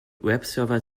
webserver